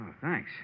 thanks